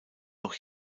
noch